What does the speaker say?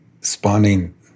spawning